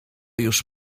już